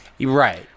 Right